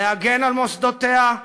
להגן על מוסדותיה,